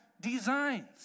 designs